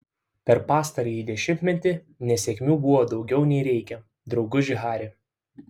per pastarąjį dešimtmetį nesėkmių buvo daugiau nei reikia drauguži hari